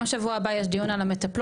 גם שבוע הבא יש דיון על המטפלות,